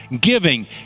giving